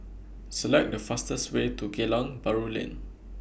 Select The fastest Way to Geylang Bahru Lane